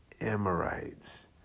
Amorites